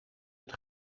het